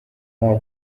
nta